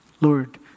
Lord